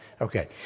Okay